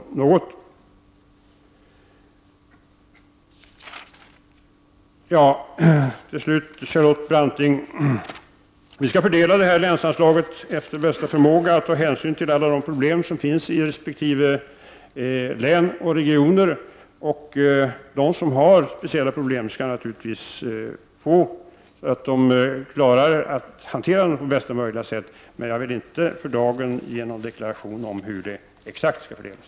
Till slut vill jag säga till Charlotte Branting att vi skall fördela länsanslaget efter bästa förmåga och ta hänsyn till alla de problem som finns i resp. län och regioner. Och de som har speciella problem skall naturligtvis få hjälp så att de klarar av att hantera dem på bästa möjliga sätt. Men jag vill för dagen inte göra någon deklaration om hur stödet exakt skall fördelas.